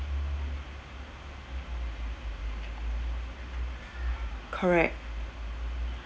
correct